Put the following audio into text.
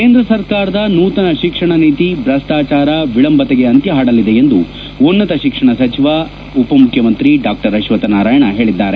ಕೇಂದ್ರ ಸರಕಾರದ ನೂತನ ಶಿಕ್ಷಣ ನೀತಿ ಭ್ರಷ್ಠಾಚಾರ ವಿಳಂಬತೆಗೆ ಅಂತ್ಯ ಹಾಡಲಿದೆ ಎಂದು ಉನ್ನತ ಶಿಕ್ಷಣ ಸಚಿವ ಉಪಮುಖ್ಯಮಂತ್ರಿ ಆಶ್ವಥ್ ನಾರಾಯಣ ಹೇಳಿದ್ದಾರೆ